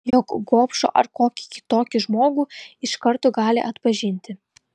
juk gobšų ar kokį kitokį žmogų iš karto gali atpažinti